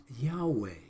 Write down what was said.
Yahweh